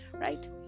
right